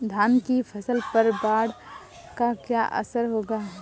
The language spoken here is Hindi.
धान की फसल पर बाढ़ का क्या असर होगा?